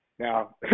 Now